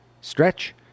stretch